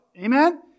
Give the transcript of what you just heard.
Amen